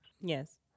Yes